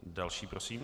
Další prosím.